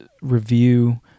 review